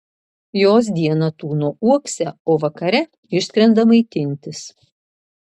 jos dieną tūno uokse o vakare išskrenda maitintis